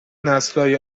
نسلهای